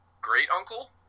great-uncle